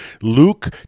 Luke